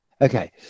Okay